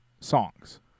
songs